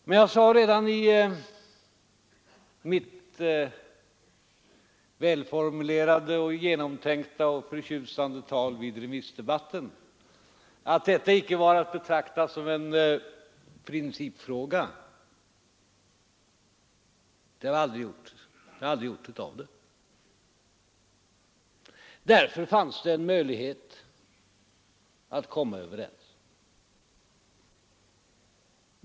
Jag sade emellertid redan i mitt välformulerade, genomtänkta och förtjusande tal vid remissdebatten att detta icke var att betrakta som en principfråga — det har jag aldrig gjort den till. Därför fanns det en möjlighet att komma överens.